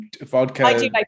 Vodka